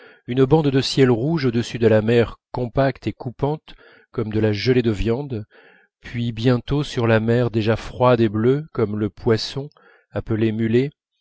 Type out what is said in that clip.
une bande de ciel rouge au-dessus de la mer compacte et coupante comme de la gelée de viande puis bientôt sur la mer déjà froide et bleue comme le poisson appelé mulet